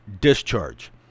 discharge